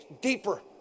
deeper